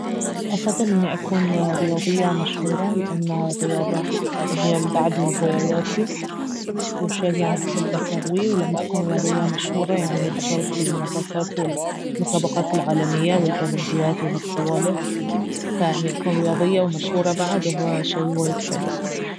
افضل اني أكون رياضية مشهورة لانه الرياضة اهي بعد من هواياتي وشي يعني احب اسويه ولما أكون رياضية مشهورة يعني بشارك في المنافسات والمسابقات العالمية والاولمبياد وهالسوالف فاني اكون رياضية ومشهورة بعد اهو شي وايد حلو